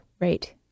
Right